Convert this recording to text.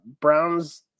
Browns